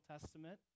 Testament